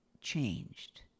changed